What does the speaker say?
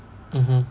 mmhmm